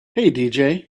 hey